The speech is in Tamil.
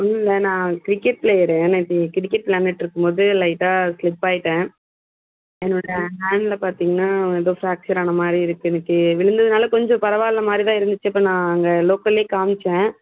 ஒன்னுமில்ல நான் கிரிக்கெட் பிளேயரு நேற்று கிரிக்கெட் விளையாண்டுகிட்டு இருக்கும்போது லைட்டாக ஸ்லிப் ஆகிட்டேன் என்னோடய ஹேண்ட்டில் பார்த்தீங்கன்னா ஏதோ ஃப்ராக்ச்சர் ஆன மாதிரி இருக்குது நேற்று விழுந்ததுனால கொஞ்சம் பரவாயில்லை மாதிரிதான் இருந்துச்சு அப்புறம் நான் அங்கே லோக்கலேயே காமித்தேன்